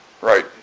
Right